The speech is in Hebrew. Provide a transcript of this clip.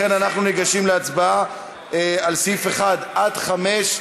לכן אנחנו ניגשים להצבעה על סעיפים 1 5,